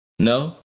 No